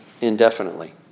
indefinitely